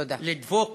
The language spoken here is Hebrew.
לדבוק